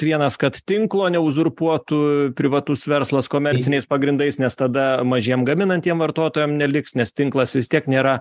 vienas kad tinklo neuzurpuotų privatus verslas komerciniais pagrindais nes tada mažiem gaminantiem vartotojams neliks nes tinklas vis tiek nėra